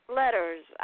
letters